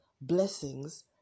blessings